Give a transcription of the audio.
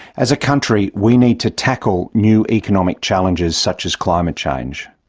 as a country, we need to tackle new economic challenges such as climate change.